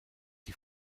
die